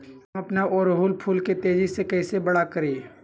हम अपना ओरहूल फूल के तेजी से कई से बड़ा करी?